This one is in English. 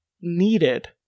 needed